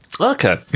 Okay